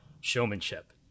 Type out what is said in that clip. showmanship